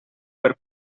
per